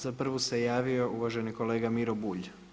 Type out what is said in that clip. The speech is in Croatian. Za prvu se javio uvaženi kolega Miro Bulj.